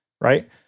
right